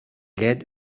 get